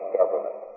government